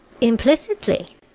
Implicitly